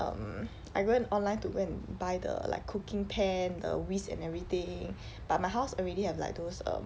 um I going online to go and buy the like cooking pan the whisk and everything but my house already have like those um